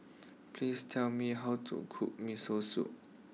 please tell me how to cook Miso Soup